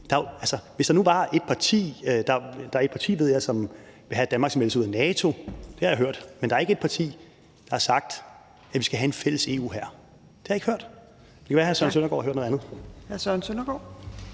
vildt. Jeg ved, at der er et parti, som vil have, at Danmark skal melde sig ud af NATO – det har jeg hørt – men der er ikke et parti, der har sagt, at vi skal have en fælles EU-hær. Det har jeg ikke hørt. Det kan være, at hr. Søren Søndergaard har hørt noget andet.